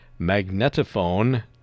Magnetophone